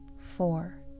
four